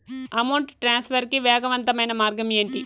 amount transfer కి వేగవంతమైన మార్గం ఏంటి